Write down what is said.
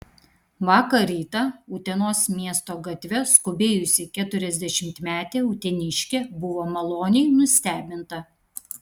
vakar rytą utenos miesto gatve skubėjusi keturiasdešimtmetė uteniškė buvo maloniai nustebinta